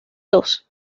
dos